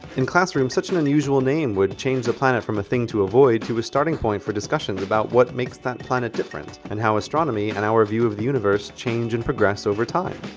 in classrooms such an unusual name would change the planet from a thing to avoid to a starting point for a discussion about what makes that planet different and how astronomy and our view of the universe change and progress over time.